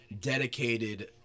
dedicated